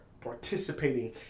participating